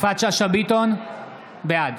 ביטון, בעד